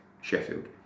Sheffield